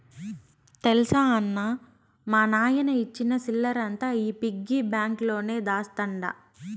తెల్సా అన్నా, మా నాయన ఇచ్చిన సిల్లరంతా ఈ పిగ్గి బాంక్ లోనే దాస్తండ